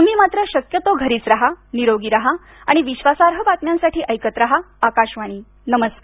तुम्ही मात्र शक्यतो घरीच रहानिरोगी रहा आणि विश्वासार्ह बातम्यांसाठी ऐकत रहा आकाशवाणी नमस्कार